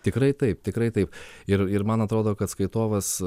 tikrai taip tikrai taip ir ir man atrodo kad skaitovas